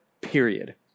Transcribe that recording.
period